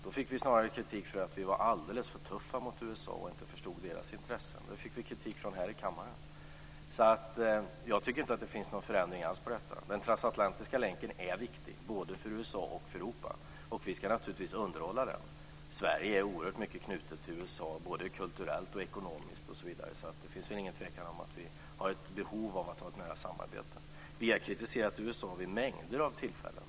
Då fick vi snarare kritik för att vi var alldeles för tuffa mot USA och inte förstod deras intressen. Vi fick kritik för det här i kammaren. Jag tycker inte att det är någon förändring alls i detta. Den transatlantiska länken är viktig, både för USA och för Europa, och vi ska naturligtvis underhålla den. Sverige är oerhört starkt knutet till USA, både kulturellt och ekonomiskt osv., så det är inget tvivel om att vi har ett behov av att ha ett nära samarbete. Vi har kritiserat USA vid mängder av tillfällen.